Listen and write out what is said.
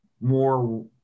more